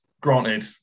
Granted